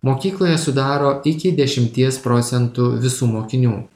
mokykloje sudaro iki dešimties procentų visų mokinių